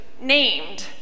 named